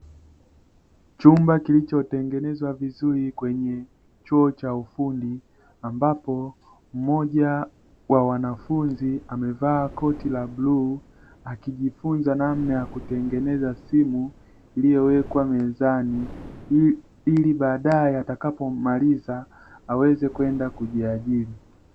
Chumba kilichotengenezwa vizuri kwenye chuo cha ufundi, ambapo mmoja wa wanafunzi amevaa koti la bluu akijifunza namna ya kutengeneza simu ikiyowekwa mezani, ili baadaye atakapomaliza aweze kwenda kujiajiri.